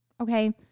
Okay